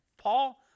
paul